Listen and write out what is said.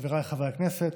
חבריי חברי הכנסת,